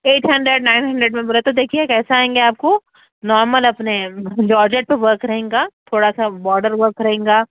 at hundred nine hundred میں بولے تو دیکھیے کیسا آئیں گے آپ کو نارمل اپنے جارجٹ تو ورک رہے گا تھوڑا سا باڈر ورک رہے گا